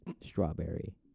strawberry